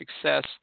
success